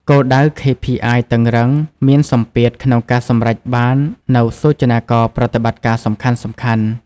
គោលដៅ KPI តឹងរ៉ឹង មានសម្ពាធក្នុងការសម្រេចបាននូវសូចនាករប្រតិបត្តិការសំខាន់ៗ។